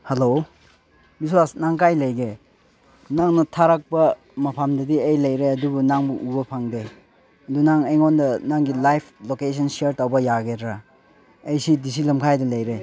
hello ꯅꯤꯁꯥꯁ ꯅꯪ ꯀꯥꯏ ꯂꯩꯒꯦ ꯅꯪꯅ ꯊꯥꯔꯛꯄ ꯃꯐꯝꯗꯗꯤ ꯑꯩ ꯂꯩꯔꯦ ꯑꯗꯨꯕꯨ ꯅꯪꯕꯨ ꯎꯕ ꯐꯪꯗꯦ ꯑꯗꯨ ꯅꯪ ꯑꯩꯉꯣꯟꯗ ꯅꯪꯒꯤ ꯂꯥꯏꯐ ꯂꯣꯀꯦꯁꯟ ꯁꯤꯌꯥꯔ ꯇꯧꯕ ꯌꯥꯒꯗ꯭ꯔꯥ ꯑꯩꯁꯤ ꯗꯤ ꯁꯤ ꯂꯝꯈꯥꯏꯗ ꯂꯩꯔꯦ